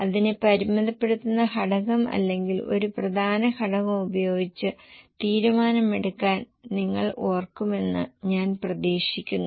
ഇതിനെ പരിമിതപ്പെടുത്തുന്ന ഘടകം അല്ലെങ്കിൽ ഒരു പ്രധാന ഘടകം ഉപയോഗിച്ച് തീരുമാനമെടുക്കാൻ നിങ്ങൾ ഓർക്കുമെന്ന് ഞാൻ പ്രതീക്ഷിക്കുന്നു